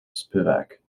spivak